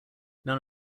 none